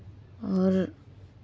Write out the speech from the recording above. और